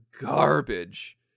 garbage